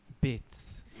bits